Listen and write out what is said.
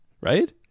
right